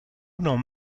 non